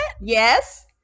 Yes